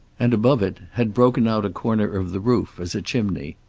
and above it had broken out a corner of the roof as a chimney.